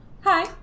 Hi